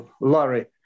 Larry